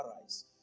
rise